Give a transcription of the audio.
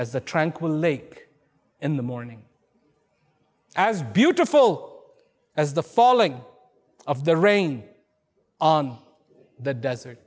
as a tranquil lake in the morning as beautiful as the falling of the rain on the desert